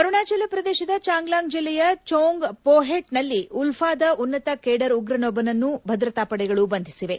ಅರುಣಾಚಲ ಪ್ರದೇಶದ ಚಾಂಗ್ಲಾಂಗ್ ಜಿಲ್ಲೆಯ ಜೋಂಗ್ ಪೋಹೆಟ್ನಲ್ಲಿ ಉಲ್ಲಾದ ಉನ್ನತ ಕೇಡರ್ ಉಗ್ರನೊಬ್ಬನನ್ನು ಭದ್ರತಾ ಪಡೆಗಳು ಬಂಧಿಸಿವೆ